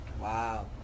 Wow